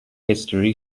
history